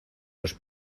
los